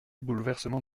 bouleversement